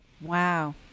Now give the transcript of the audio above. Wow